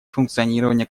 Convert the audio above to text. функционирования